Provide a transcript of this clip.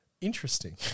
interesting